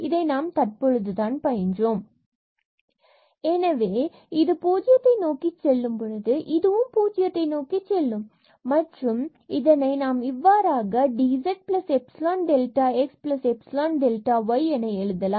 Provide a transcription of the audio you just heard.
இதை நாம் தற்பொழுது தான் பயின்றோம் ⟹Δzdz1Δx2Δy ⟹Differentiability of f எனவே இது பூஜ்ஜியத்தை நோக்கி செல்லும் பொழுது இதுவும் பூஜ்ஜியத்தை நோக்கிச் செல்லும் மற்றும் இதனை நாம் இவ்வாறாக dz epsilon delta x epsilon delta y என எழுதலாம்